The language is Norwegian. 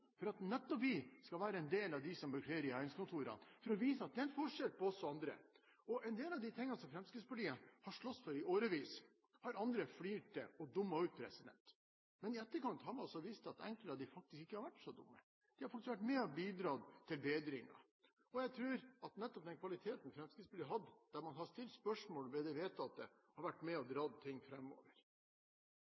for at nettopp vi skal være en del av dem som bekler regjeringskontorene, for å vise at det er en forskjell på oss og andre. En del av de tingene som Fremskrittspartiet har slåss for i årevis, har andre flirt av og dummet ut. Men i etterkant har man vist at enkelte av disse ikke har vært så dumme, de har faktisk har vært med og bidradd til bedringer. Jeg tror at nettopp den kvaliteten Fremskrittspartiet har hatt, ved nettopp å stille spørsmål ved det vedtatte, har vært med og